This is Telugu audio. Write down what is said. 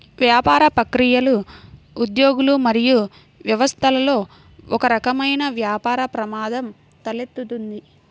వ్యాపార ప్రక్రియలు, ఉద్యోగులు మరియు వ్యవస్థలలో ఒకరకమైన వ్యాపార ప్రమాదం తలెత్తుతుంది